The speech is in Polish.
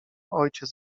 ojciec